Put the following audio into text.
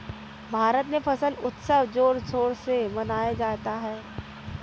भारत में फसल उत्सव जोर शोर से मनाया जाता है